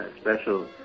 special